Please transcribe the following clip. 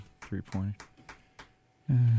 three-point